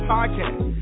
Podcast